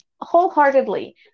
wholeheartedly